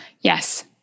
yes